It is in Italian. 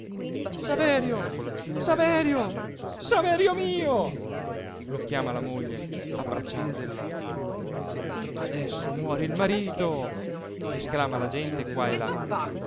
saverio saverio saverio mio lo chiama la moglie abbracciandolo adesso muore il marito esclama la gente qua e là